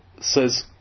says